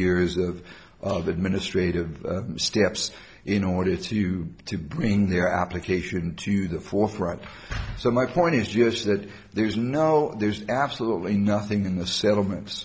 years of of administrative steps in order to to bring their application to the forefront so my point is just that there's no there's absolutely nothing in the settlements